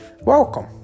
Welcome